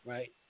Right